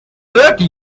thirty